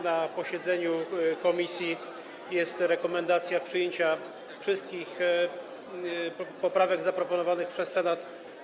Na posiedzeniu komisji była rekomendacja przyjęcia wszystkich poprawek zaproponowanych przez Senat.